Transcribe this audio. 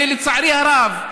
ולצערי הרב,